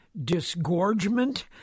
disgorgement